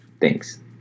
Thanks